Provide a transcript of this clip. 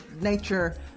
Nature